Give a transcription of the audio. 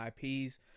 ip's